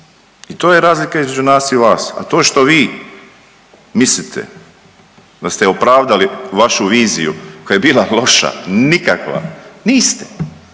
i to je razlika između nas i vas, a to što vi mislite da ste opravdali vašu viziju koja je bila loša, nikakva, niste.